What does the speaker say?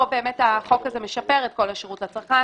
פה באמת החוק הזה משפר את כל השרות לצרכן